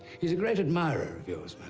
he's a great admirer of yours, but